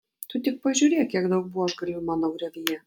tu tik pažiūrėk kiek daug buožgalvių mano griovyje